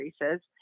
increases